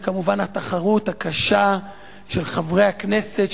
זו כמובן התחרות הקשה של חברי הכנסת,